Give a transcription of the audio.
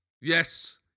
yes